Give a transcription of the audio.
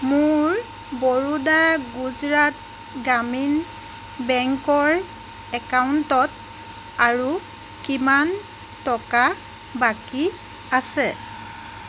মোৰ বৰোডা গুজৰাট গ্ৰামীণ বেংকৰ একাউণ্টত আৰু কিমান টকা বাকী আছে